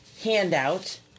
handout